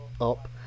up